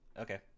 okay